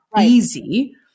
easy